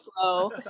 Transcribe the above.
slow